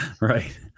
right